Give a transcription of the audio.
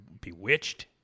Bewitched